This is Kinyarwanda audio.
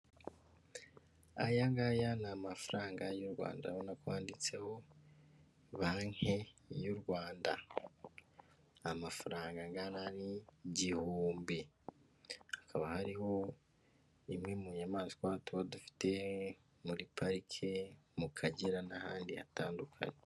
Aya ngaya ni amafaranga y'u Rwanda, ubona ko handitseho banki y'u Rwanda, amafaranga angana n'igihumbi, hakaba hariho imwe mu nyamaswa tuba dufite muri parike, mu Kagera, n'ahandi hatandukanye.